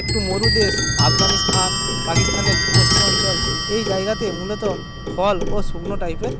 একটু মরুদেশ আফগানিস্থান পাকিস্থানের পশ্চিমাঞ্চল এই জায়গাতে মূলত ফল ও শুকনো টাইপের